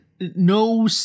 no